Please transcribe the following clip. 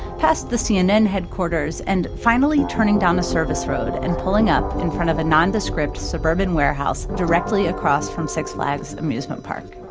past the cnn headquarters, and finally turning down a service road, and pulling up in front of a nondescript suburban warehouse directly across from six flags amusement park